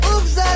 Oops